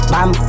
Bam